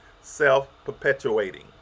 self-perpetuating